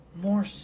more